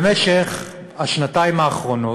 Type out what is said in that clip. במשך השנתיים האחרונות,